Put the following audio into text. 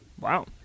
Wow